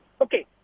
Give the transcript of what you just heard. Okay